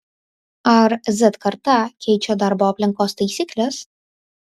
ar z karta keičia darbo aplinkos taisykles